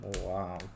Wow